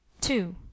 two